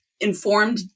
informed